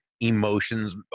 emotions